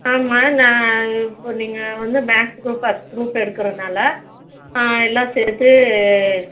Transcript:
ஆமாம் நான் இப்போது நீங்கள் வந்து மேக்ஸ் க்ரூப் ஃபஸ்ட் க்ரூப் எடுக்கிறதுனால ஆ எல்லாம் சேர்த்து